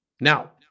Now